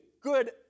good